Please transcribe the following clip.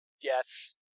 Yes